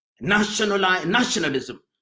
nationalism